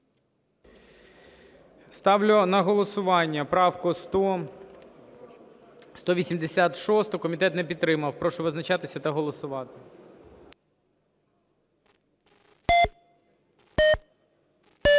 Ставлю на голосування правку 186. Комітет не підтримав. Прошу визначатися та голосувати. 13:30:00